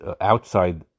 outside